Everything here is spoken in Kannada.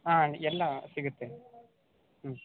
ಹಾಂ ಎಲ್ಲ ಸಿಗುತ್ತೆ ಹ್ಞೂ